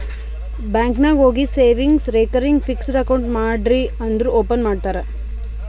bank ನಾಗ್ ಹೋಗಿ savings, recurring, fixed account ಮಾಡ್ರಿ ಅಂದುರ್ ಓಪನ್ ಮಾಡ್ತಾರ್